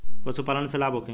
पशु पालन से लाभ होखे?